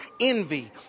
envy